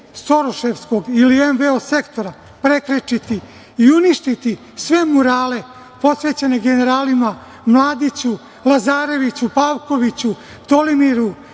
soroševskog ili NVO sektora prekrečiti i uništiti sve murale posvećene generalima Mladiću, Lazareviću, Pavkoviću, Tolimiru,